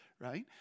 right